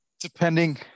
Depending